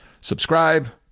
Subscribe